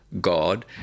God